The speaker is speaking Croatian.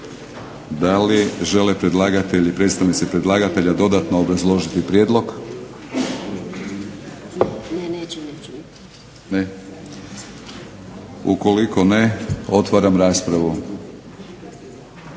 DA li žele predstavnici predlagatelja dodatno obrazložiti prijedlog? Ukoliko ne, otvaram raspravu.